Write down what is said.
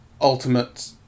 ultimate